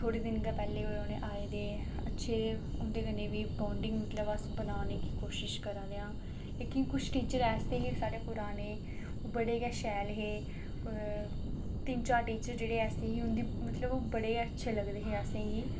थोह्ड़े दिन गै पैह्लें होए उ'नें आए दे अच्छे उं'दे कन्नै बी बांडिग मतलब अस बनाने दी कोशिश करा'दे आं लेकिन किश टीचर ऐसे हे साढ़े पराने बड़े गै शैल हे तिन्न चार टीचर जेह्ड़े ऐसे हे उं'दी मतलब ओह् बड़े गै अच्छे लगदे हे असें गी